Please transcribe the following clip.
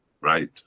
Right